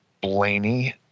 Blaney